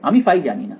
আমি ফাই জানিনা